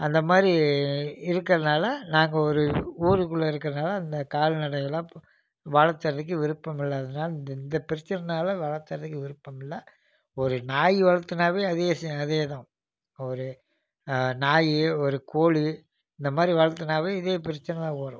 அந்த மாதிரி இருக்கறதனால நாங்கள் ஒரு ஊருக்குள்ள இருக்கறதனால அந்த கால்நடைகலாம் வளர்த்தறதுக்கு விருப்பம் இல்லாதனால் இந்த இந்த பிரச்சனால் வளர்த்தறதுக்கு விருப்பம் இல்லை ஒரு நாய் வளர்த்துனாவே அதே ச அதே தான் ஒரு நாய் ஒரு கோழி இந்த மாதிரி வளர்த்துனாவே இதே பிரச்சனைதான் வரும்